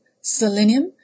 selenium